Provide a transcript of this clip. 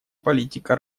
политика